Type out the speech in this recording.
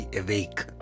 awake